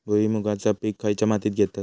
भुईमुगाचा पीक खयच्या मातीत घेतत?